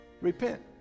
Repent